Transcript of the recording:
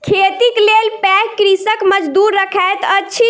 खेतीक लेल पैघ कृषक मजदूर रखैत अछि